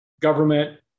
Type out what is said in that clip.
government